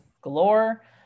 galore